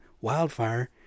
wildfire